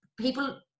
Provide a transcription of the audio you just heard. People